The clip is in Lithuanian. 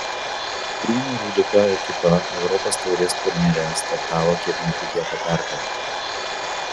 prienų rūdupio ekipa europos taurės turnyre startavo kiek netikėta pergale